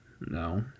No